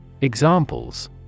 Examples